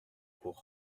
cours